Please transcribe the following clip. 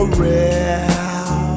real